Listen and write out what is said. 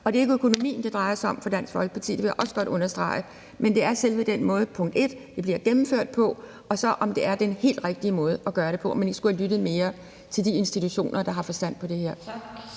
se. Det er ikke økonomien, det drejer sig om for Dansk Folkeparti – det vil jeg godt understrege – men det er selve den måde, det bliver gennemført på, og så, om det er den helt rigtige måde at gøre det på, altså om man ikke skulle have lyttet mere til de institutioner, der har forstand på det her.